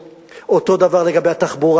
אותו דבר לגבי הבריאות, אותו דבר לגבי התחבורה.